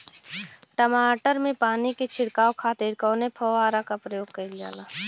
टमाटर में पानी के छिड़काव खातिर कवने फव्वारा का प्रयोग कईल जाला?